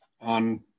on